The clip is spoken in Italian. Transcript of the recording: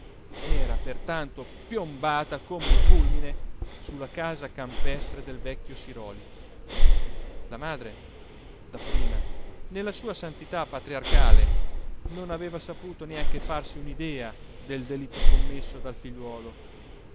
era pertanto piombata come un fulmine su la casa campestre del vecchio siròli la madre dapprima nella sua santità patriarcale non aveva saputo neanche farsi un'idea del delitto commesso dal figliuolo